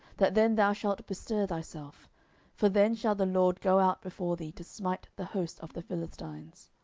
that then thou shalt bestir thyself for then shall the lord go out before thee, to smite the host of the philistines.